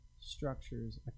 structures